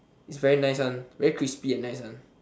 it's very nice one very crispy and nice one